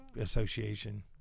association